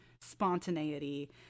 spontaneity